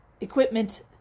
equipment